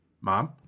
mom